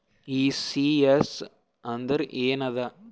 ECS ಅಂದ್ರ ಏನದ?